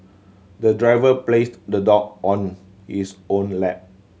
the driver placed the dog on his own lap